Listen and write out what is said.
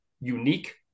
unique